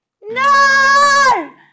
No